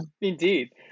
indeed